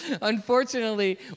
Unfortunately